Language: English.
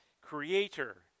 creator